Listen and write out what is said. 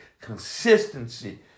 consistency